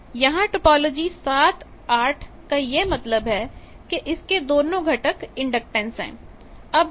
यहां टोपोलॉजी 7 8 का यह मतलब है कि इसके दोनों घटक इंडक्टेंस है